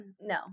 No